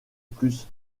plus